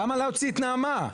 למה להוציא את נעמה?